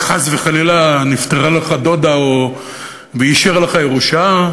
כי חס וחלילה נפטרה לך דודה והשאירה לך ירושה,